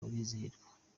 barizihirwa